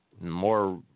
more